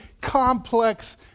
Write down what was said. complex